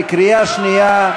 בקריאה שנייה,